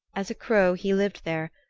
as a crow he lived there,